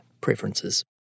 preferences